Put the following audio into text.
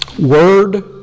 Word